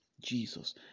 Jesus